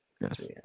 Yes